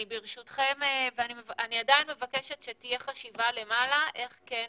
אני עדיין מבקשת שתהיה חשיבה למעלה איך כן